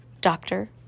Doctor